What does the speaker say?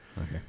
Okay